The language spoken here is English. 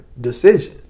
decision